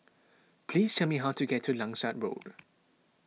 please tell me how to get to Langsat Road